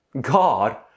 God